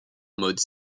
mode